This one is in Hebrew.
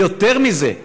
ויותר מזה,